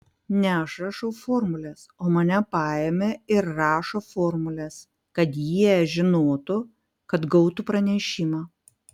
ne aš rašau formules o mane paėmė ir rašo formules kad jie žinotų kad gautų pranešimą